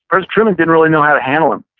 course truman didn't really know how to handle him.